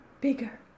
bigger